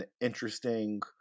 interesting